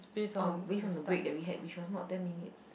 oh based on the break that we had which was not ten minutes